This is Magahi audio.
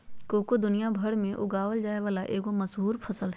कोको दुनिया भर में उगाल जाय वला एगो मशहूर फसल हइ